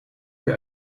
für